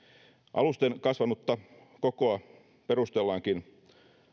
alusten kasvanutta kokoa perustellaankin